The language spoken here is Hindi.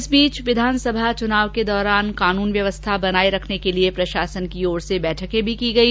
इस बीच विधानसभा चूनाव के दौरान कानून व्यवस्था बनाये रखने के लिए प्रशासन की ओर से बैठकें भी की गई